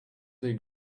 they